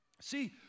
See